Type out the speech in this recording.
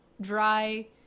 dry